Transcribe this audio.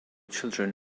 children